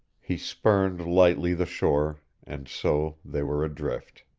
he spurned lightly the shore, and so they were adrift.